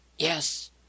Yes